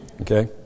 Okay